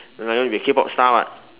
no lah you want to be a K-Pop star [what]